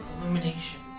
illumination